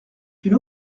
une